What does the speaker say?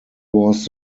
was